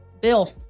Bill